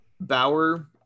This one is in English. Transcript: Bauer